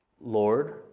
Lord